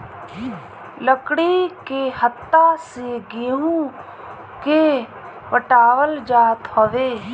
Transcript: लकड़ी के हत्था से गेंहू के पटावल जात हवे